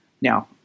now